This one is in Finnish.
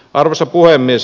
arvoisa puhemies